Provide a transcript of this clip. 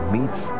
Meets